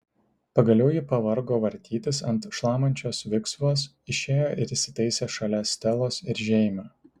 pagaliau ji pavargo vartytis ant šlamančios viksvos išėjo ir įsitaisė šalia stelos ir žeimio